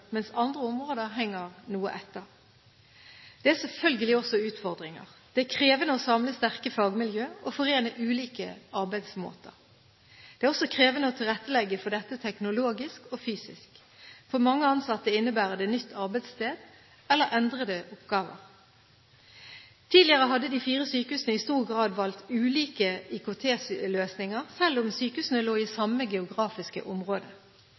mens andre områder henger noe etter. Det er selvfølgelig også utfordringer. Det er krevende å samle sterke fagmiljøer og forene ulike arbeidsmåter. Det er også krevende å tilrettelegge for dette teknologisk og fysisk. For mange ansatte innebærer det nytt arbeidssted eller endrede oppgaver. Tidligere hadde de fire sykehusene i stor grad valgt ulike IKT-løsninger, selv om sykehusene lå i samme geografiske